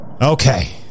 Okay